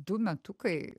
du metukai